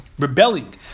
Rebelling